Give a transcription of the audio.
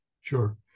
Sure